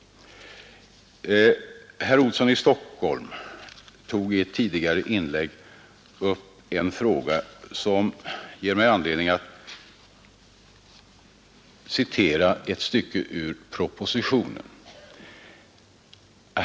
Herr Olsson i Stockholm tog i ett tidigare inlägg upp en fråga som ger mig anledning att citera ett stycke ur propositionen.